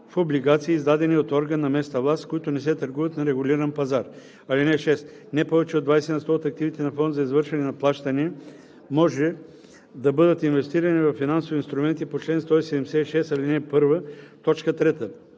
в облигации, издадени от орган на местната власт, които не се търгуват на регулиран пазар. (6) Не повече от 20 на сто от активите на фонд за извършване на плащания може да бъдат инвестирани във финансови инструменти по чл. 176, ал. 1, т. 3.